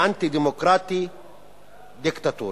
אנטי-דמוקרטי דיקטטורי.